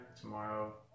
tomorrow